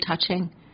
touching